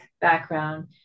background